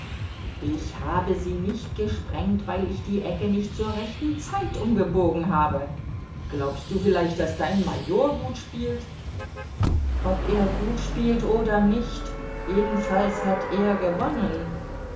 ich habe sie nicht gesprengt weil ich die ecke nicht zur rechten zeit umgebogen habe glaubst du vielleicht daß dein major gut spielt ob er gut spielt oder nicht jedenfalls hat er gewonnen